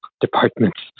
departments